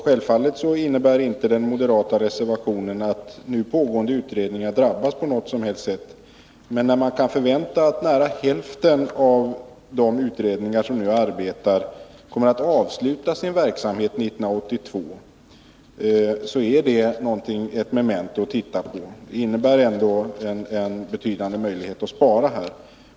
Självfallet innebär inte den moderata reservationen att nu pågående utredningar på något som helst sätt drabbas. Men i och med att nära hälften av de utredningar som nu arbetar förväntas avsluta sin verksamhet 1982, så är det ett memento. Det innebär ändå en betydande möjlighet till besparingar.